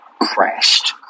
crashed